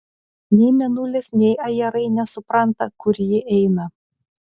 nei mėnulis nei ajerai nesupranta kur ji eina